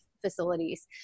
facilities